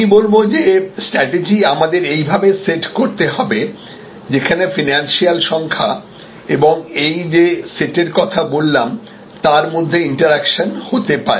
আমি বলব যে স্ট্র্যাটিজি আমাদের এইভাবে সেট করতে হবে যেখানে ফিনান্সিয়াল সংখ্যা এবং এই যে সেটের কথা বললাম তার মধ্যে ইন্টেরাকশন হতে পারে